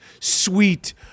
sweet